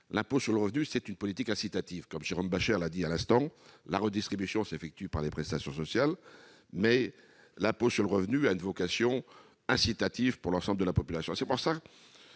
incitative en faveur de la démographie. Comme Jérôme Bascher l'a dit à l'instant, la redistribution s'effectue par les prestations sociales, mais l'impôt sur le revenu a une vocation incitative pour l'ensemble de la population.